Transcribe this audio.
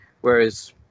whereas